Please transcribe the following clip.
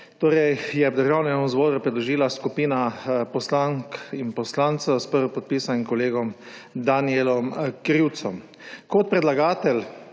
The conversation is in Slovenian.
je Državnemu zboru predložila skupina poslank in poslancev s prvopodpisanim kolegom Danijelom Krivcem. Kot predlagatelji